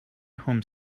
home